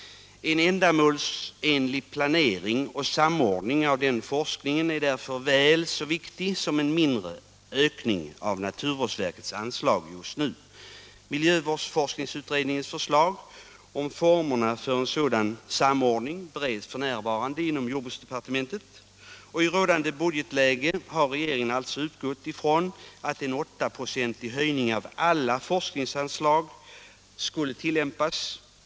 En ändamålsenlig planering och samordning av forskningen är därför väl så viktig som en mindre ökning av naturvårdsverkets anslag just nu. Miljöforskningsutredningens förslag om formerna för en sådan samordning bereds f.n. inom jordbruksdepartementet. I rådande budgetläge har regeringen alltså utgått från att en 8-procentig höjning av alla forskningsanslag skulle tillämpas.